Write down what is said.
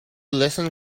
listen